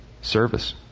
Service